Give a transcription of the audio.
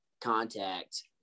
contact